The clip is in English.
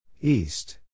East